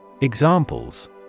Examples